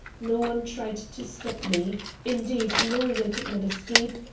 no one tried to stop me indeed, knowing i could not escape,